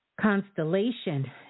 constellation